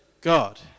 God